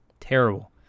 terrible